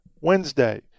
Wednesday